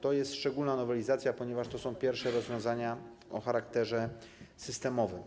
To jest szczególna nowelizacja, ponieważ są to pierwsze rozwiązania o charakterze systemowym.